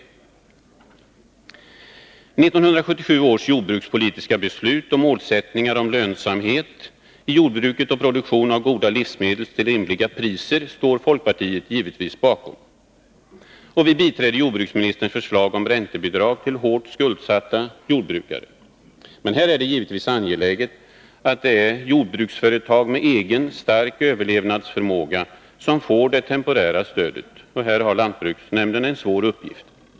1977 års jordbrukspolitiska beslut med målsättningar om lönsamhet i jordbruket och produktion av goda livsmedel till rimliga priser står folkpartiet givetvis bakom. Vi biträder jordbruksministerns förslag om räntebidrag till hårt skuldsatta jordbrukare. Men det är givetvis angeläget att det är jordbruksföretag med egen, stark överlevnadsförmåga som får det temporära stödet. Här har lantbruksnämnderna en svår uppgift.